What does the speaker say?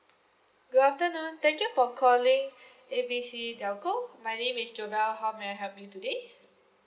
good afternoon thank you for calling A B C telco my name is jovelle how may I help you today